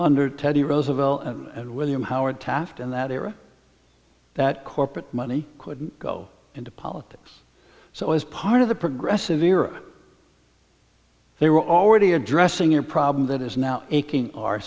under teddy roosevelt and william howard taft in that era that corporate money could go into politics so as part of the progressive era they were already addressing your problem that is now